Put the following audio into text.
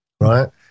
right